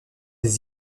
des